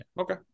Okay